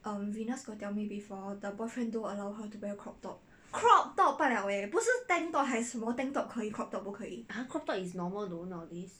!huh! crop top is normal though nowadays